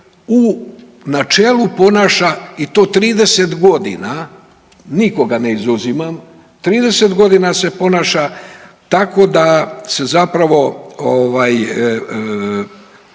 u načelu ponaša i to 30.g., nikoga ne izuzimam, 30.g. se ponaša tako da se zapravo